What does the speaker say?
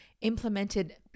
implemented